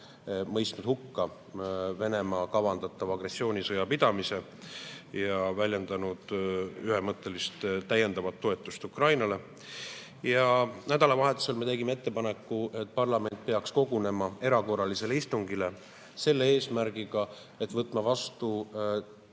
algust hukka Venemaa kavandatava agressioonisõja pidamise ja väljendas taas ühemõtteliselt toetust Ukrainale. Nädalavahetusel me tegime ettepaneku, et parlament peaks kogunema erakorralisele istungile selle eesmärgiga, et võtta vastu